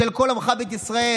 של כל עמך בית ישראל,